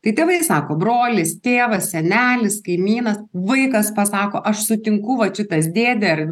tai tėvai i sako brolis tėvas senelis kaimynas vaikas pasako aš sutinku vat šitas dėdė ar